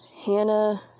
Hannah